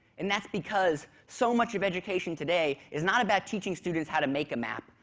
and that's because so much of education today is not about teaching students how to make a map,